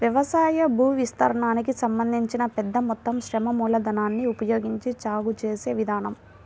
వ్యవసాయ భూవిస్తీర్ణానికి సంబంధించి పెద్ద మొత్తం శ్రమ మూలధనాన్ని ఉపయోగించి సాగు చేసే విధానం